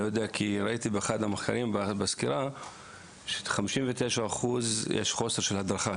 ראיתי באחד המחקרים בסקירה ש-59% יש חוסר של הדרכה.